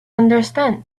understand